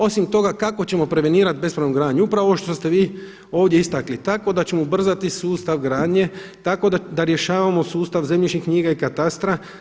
Osim toga kako ćemo prevenirati bespravnu gradnju, upravo ovo što ste vi ovdje istaknuli, tako da ćemo ubrzati sustav gradnje, tako da rješavamo sustav zemljišnih knjiga i katastra.